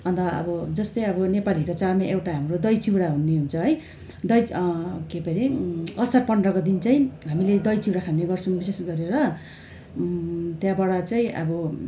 अन्त अब जस्तै अब नेपालीको चाडमा एउटा हाम्रो दही चिउरा भन्ने हुन्छ है दही के पो हरे असार पन्ध्रको दिन चाहिँ हामीले दही चिउरा खाने गर्छौँ विशेष गरेर त्यहाँबाट चाहिँ अब